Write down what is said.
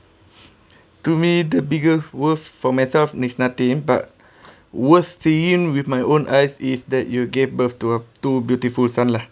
to me the biggest worth for myself is nothing but worst seeing with my own eyes is that you gave birth to a two beautiful son lah